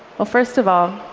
well, first of all,